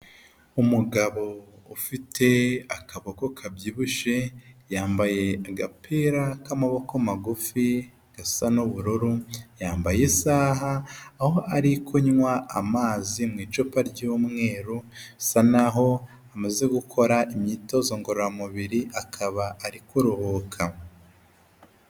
Umugabo ufite akaboko kabyibushye yambaye agapira k'amaboko magufi gasa n'ubururu, yambaye isaha, aho ari kunywa amazi mu icupa ry'umwerusa asa naho amaze gukora imyitozo ngororamubiri akaba ari kuruhuka.